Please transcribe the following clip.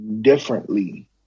differently